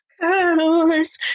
colors